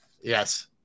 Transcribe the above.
Yes